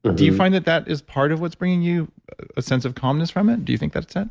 but do you find that, that is part of what's bringing you a sense of calmness from it. do you think that's it?